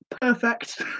perfect